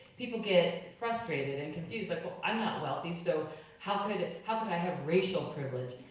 people get frustrated and confused, like well i'm not wealthy so how could ah how could i have racial privilege?